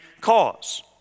cause